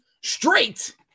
straight